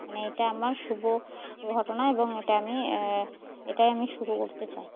মানে এটা আমার শুভ ঘটনা এবং এটা আমি এটাই আমি শুরু করতে চাই